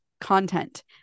content